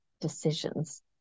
decisions